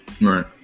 Right